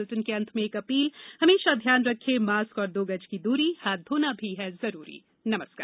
bulletin के अंत में एक अपील हमेशा ध्यान रखें मास्क और दो गज की दूरी हाथ धोना भी है जरूरी नमस्कार